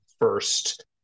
first